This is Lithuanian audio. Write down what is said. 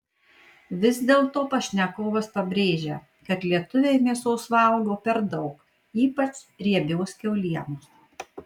vis dėlto pašnekovas pabrėžia kad lietuviai mėsos valgo per daug ypač riebios kiaulienos